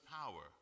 power